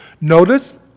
Notice